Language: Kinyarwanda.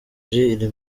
iri